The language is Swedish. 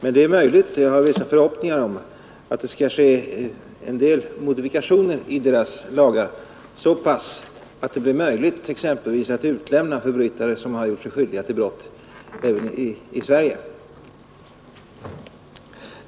Vi har emellertid vissa förhoppningar om att det skall ske vissa modifikationer i deras lagar så att det åtminstone blir möjligt att utlämna förbrytare, som har gjort sig skyldiga till narkotikabrott i Sverige.